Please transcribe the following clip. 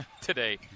today